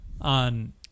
on